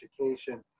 education